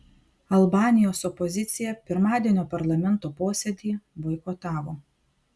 albanijos opozicija pirmadienio parlamento posėdį boikotavo